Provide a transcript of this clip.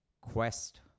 quest